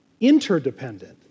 interdependent